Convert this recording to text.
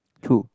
true